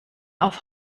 auf